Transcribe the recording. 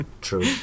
True